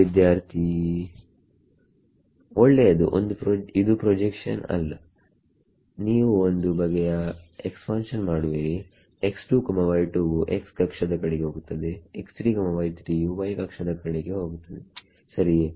ವಿದ್ಯಾರ್ಥಿ ಒಳ್ಳೆಯದು ಇದು ಪ್ರೊಜೆಕ್ಷನ್ ಅಲ್ಲ ನೀವು ಒಂದು ಬಗೆಯ ಎಕ್ಸ್ಪಾನ್ಷನ್ ಮಾಡುವಿರಿ ವು x ಕಕ್ಷದ ಕಡೆಗೆ ಹೋಗುತ್ತದೆ ಯು y ಕಕ್ಷದ ಕಡೆಗೆ ಹೋಗುತ್ತದೆ ಸರಿಯೇ